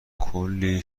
کلی